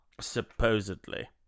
Supposedly